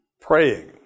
praying